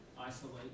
Isolate